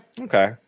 Okay